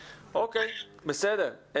אוקיי, בסדר.